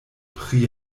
pri